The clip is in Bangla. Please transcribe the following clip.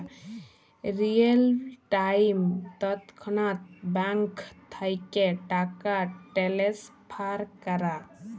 রিয়েল টাইম তৎক্ষণাৎ ব্যাংক থ্যাইকে টাকা টেলেসফার ক্যরা